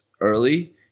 early